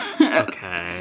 Okay